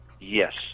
yes